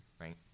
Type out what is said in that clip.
Right